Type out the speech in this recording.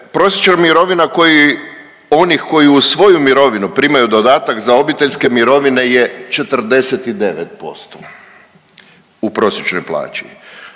prosječna mirovina koji, onih koji uz svoju mirovinu primaju dodatak za obiteljske mirovine je 49%, u prosječnoj plaći.